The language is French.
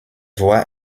voix